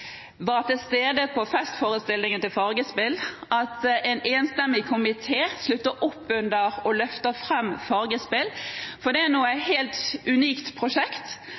var til stede på festforestillingen til Fargespill, og at en enstemmig komité slutter opp om og løfter fram Fargespill, for det er et helt unikt prosjekt.